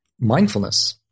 mindfulness